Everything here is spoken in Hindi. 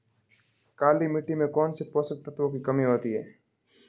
काली मिट्टी में कौनसे पोषक तत्वों की कमी होती है?